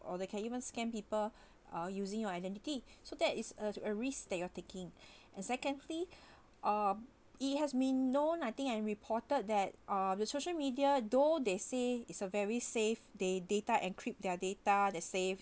or they can even scam people uh using your identity so that is a a risk that you're taking and secondly uh it has been known I think I reported that uh the social media though they say is a very safe they data encrypt their data they save